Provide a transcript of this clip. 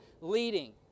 leading